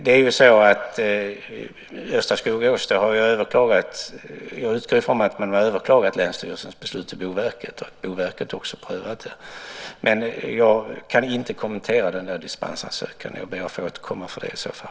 Jag utgår ifrån att Östra Skogås har överklagat länsstyrelsens beslut till Boverket och att Boverket också behandlat ärendet. Men jag kan inte kommentera denna dispensansökan. I så fall ber jag att få återkomma till det.